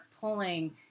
pulling